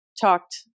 talked